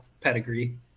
pedigree